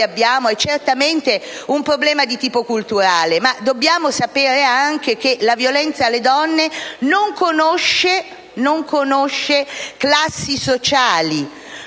è certamente di tipo culturale, ma dobbiamo sapere anche che la violenza alle donne non conosce classi sociali